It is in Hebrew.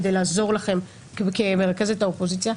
כדי לעזור לכם כמרכזת האופוזיציה.